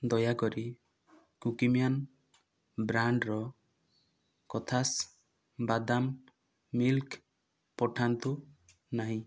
ଦୟାକରି କୁକୀମ୍ୟାନ୍ ବ୍ରାଣ୍ଡ୍ର କଥାସ୍ ବାଦାମ୍ ମିଲ୍କ୍ ପଠାନ୍ତୁ ନାହିଁ